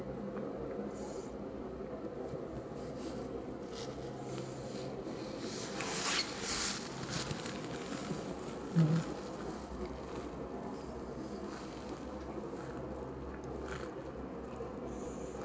mm